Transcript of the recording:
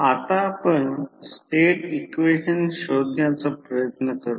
आता आपण state equation शोधण्याचा प्रयत्न करूया